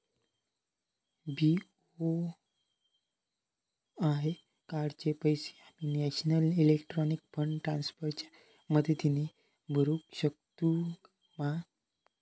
BOI कार्डाचे पैसे आम्ही नेशनल इलेक्ट्रॉनिक फंड ट्रान्स्फर च्या मदतीने भरुक शकतू मा?